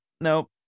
nope